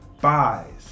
buys